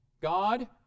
God